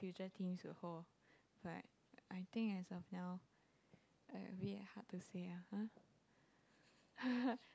future things will hold now abit hard to say ah